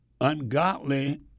ungodly